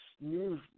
news